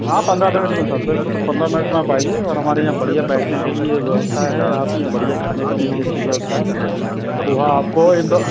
हाँ पंद्रह मिनट में सर बिल्कुल पंद्रह मिनट में आप आइए और हमारे यहाँ बढ़िया बैठने के लिए व्यवस्था है आपके लिए बढ़िया खाने पीने की अच्छी व्यवस्था है पोहा आपको इंदौर